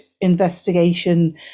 investigation